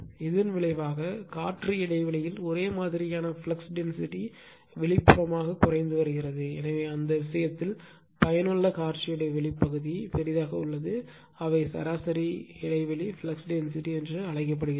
இதன் விளைவாக காற்று இடைவெளியில் ஒரே மாதிரியான ஃப்ளக்ஸ் டென்சிட்டி வெளிப்புறமாகக் குறைந்து வருகிறது எனவே அந்த விஷயத்தில் பயனுள்ள காற்று இடைவெளி பகுதி பெரிதாக உள்ளது அவை சராசரி இடைவெளி ஃப்ளக்ஸ் டென்சிட்டி என்று அழைக்கப்படுகின்றன